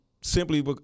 simply